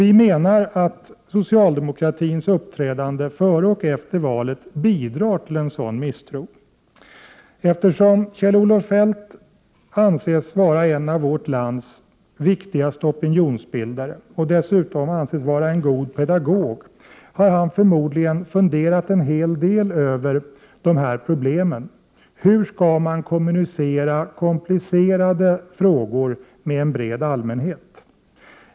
Vi menar att socialdemokratins uppträdande före och efter valet bidrar till en sådan misstro. Eftersom Kjell-Olof Feldt anses vara en av vårt lands viktigaste opinionsbildare och dessutom en god pedagog, har han förmodligen funderat en hel del över de här problemen. Hur skall man kommunicera i komplicerade frågor med en bred allmänhet?